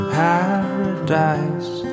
paradise